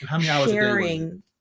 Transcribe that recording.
sharing